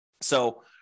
So-